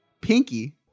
Pinky